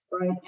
Right